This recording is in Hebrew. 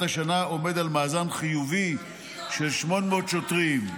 השנה עומד על מאזן חיובי של 800 שוטרים.